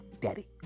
daddy